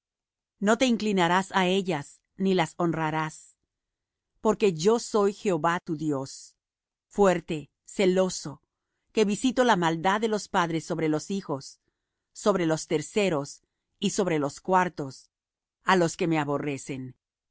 no te inclinarás á ellas ni las honrarás porque yo soy jehová tu dios fuerte celoso que visito la maldad de los padres sobre los hijos sobre los terceros y sobre los cuartos á los que me aborrecen